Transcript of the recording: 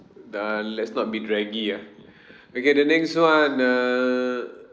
uh let's not be draggy ah okay the next one err